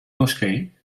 moskee